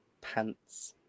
pants